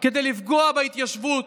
כדי לפגוע בהתיישבות,